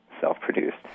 self-produced